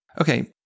Okay